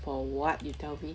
for what you tell me